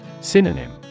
Synonym